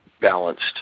balanced